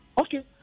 Okay